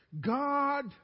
God